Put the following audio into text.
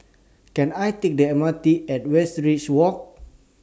Can I Take The M R T At Westridge Walk